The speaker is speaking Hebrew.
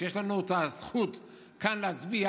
שיש לנו הזכות כאן להצביע,